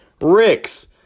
Ricks